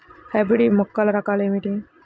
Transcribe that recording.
Hybrid మొక్కల రకాలు ఏమిటీ?